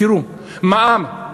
תראו, מע"מ,